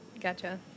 Gotcha